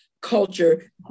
culture